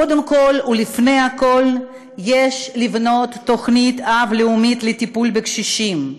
קודם כול ולפני הכול יש לבנות תוכנית-אב לאומית לטיפול בקשישים,